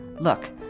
Look